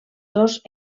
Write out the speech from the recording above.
dos